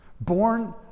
born